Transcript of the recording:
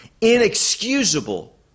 inexcusable